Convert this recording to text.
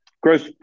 Growth